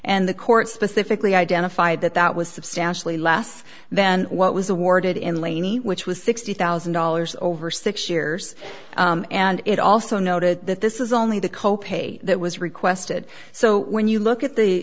and the court specifically identified that that was substantially less than what was awarded in laney which was sixty thousand dollars over six years and it also noted that this is only the co pay that was requested so when you look at the